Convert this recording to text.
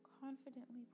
confidently